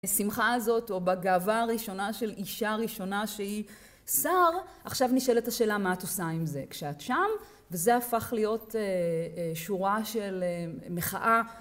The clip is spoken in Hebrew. בשמחה הזאת או בגאווה הראשונה של אישה ראשונה שהיא שר, עכשיו נשאלת השאלה מה את עושה עם זה כשאת שם, וזה הפך להיות שורה של מחאה